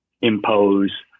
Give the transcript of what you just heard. impose